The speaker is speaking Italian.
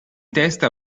testa